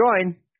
join